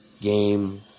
game